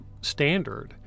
standard